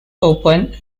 open